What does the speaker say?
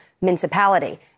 municipality